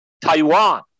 Taiwan